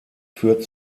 führt